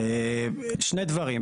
שני דברים.